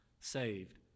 saved